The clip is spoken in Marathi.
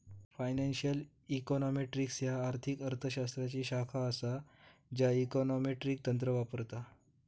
फायनान्शियल इकॉनॉमेट्रिक्स ह्या आर्थिक अर्थ शास्त्राची शाखा असा ज्या इकॉनॉमेट्रिक तंत्र वापरता